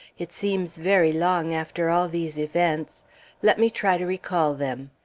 it seems very long after all these events let me try to recall them.